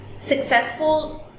successful